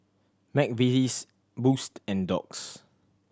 McVitie's Boost and Doux